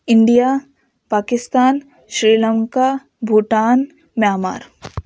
India Pakistan Sri Lanka Bhutan Myanmar